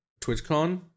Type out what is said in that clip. TwitchCon